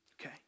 Okay